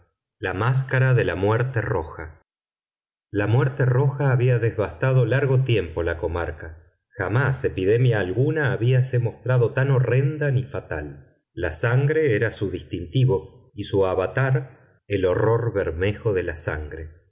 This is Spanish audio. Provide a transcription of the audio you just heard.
la máscara de la muerte roja la muerte roja había devastado largo tiempo la comarca jamás epidemia alguna habíase mostrado tan horrenda ni fatal la sangre era su distintivo y su avatar el horror bermejo de la sangre